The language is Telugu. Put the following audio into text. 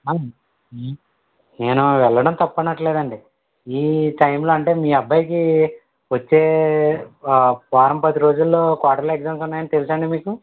నేను వెళ్ళడం తప్పు అనట్లేదండి ఈ టైంలో అంటే మీ అబ్బాయికి వచ్చే వారం పది రోజుల్లో క్వాటర్లీ ఎగ్జామ్స్ ఉన్నాయి అని తెలుసా అండి మీకు